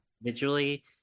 individually